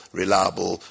reliable